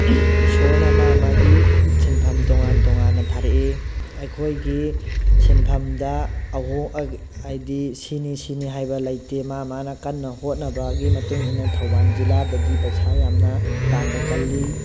ꯏꯁꯣꯔꯅ ꯃꯥ ꯃꯥꯒꯤ ꯁꯤꯟꯐꯝ ꯇꯣꯉꯥꯟ ꯇꯣꯉꯥꯟꯅ ꯊꯥꯔꯛꯏ ꯑꯩꯈꯣꯏꯒꯤ ꯁꯤꯟꯐꯝꯗ ꯑꯍꯣꯡ ꯍꯥꯏꯗꯤ ꯁꯤꯅꯤ ꯁꯤꯅꯤ ꯍꯥꯏꯕ ꯂꯩꯇꯦ ꯃꯥ ꯃꯥꯅ ꯀꯟꯅ ꯍꯣꯠꯅꯕꯒꯤ ꯃꯇꯨꯡ ꯏꯟꯅ ꯊꯧꯕꯥꯜ ꯖꯤꯜꯂꯥꯗꯗꯤ ꯄꯩꯁꯥ ꯌꯥꯝꯅ ꯇꯥꯟꯕ ꯀꯜꯂꯤ